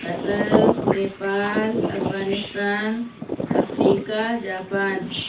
Qatar Nepal Afghanistan Africa Japan